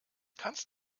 kannst